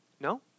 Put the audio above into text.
No